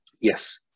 Yes